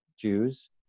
jews